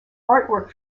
artwork